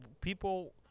people